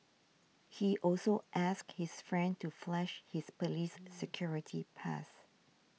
he also asked his friend to flash his police security pass